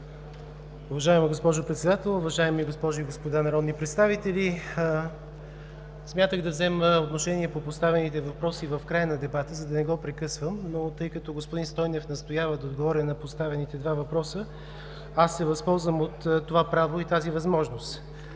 Уважаема госпожо Председател, уважаеми госпожи и господа народни представители! Смятах да взема отношение по поставените въпроси в края на дебата, за да не го прекъсвам, но тъй като господин Стойнев настоява да отговоря на поставените два въпроса, аз се възползвам от това право и тази възможност.